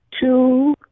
two